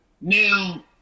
Now